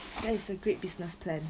that is a great business plan